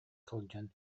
сылдьан